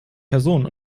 person